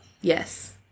Yes